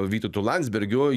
vytautu landsbergiu